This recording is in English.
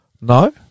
No